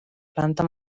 planta